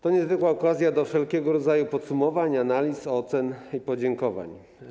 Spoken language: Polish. To niezwykła okazja do wszelkiego rodzaju podsumowań, analiz, ocen i podziękowań.